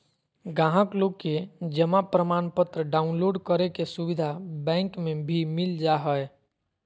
गाहक लोग के जमा प्रमाणपत्र डाउनलोड करे के सुविधा बैंक मे भी मिल जा हय